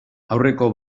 aurreko